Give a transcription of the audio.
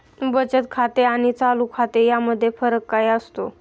बचत खाते आणि चालू खाते यामध्ये फरक काय असतो?